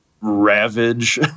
ravage